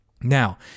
Now